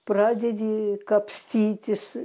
pradedi kapstytis